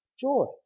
joy